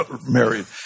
married